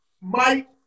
Mike